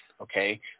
Okay